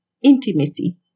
intimacy